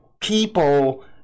people